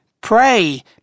Pray